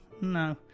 no